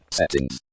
settings